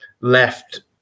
left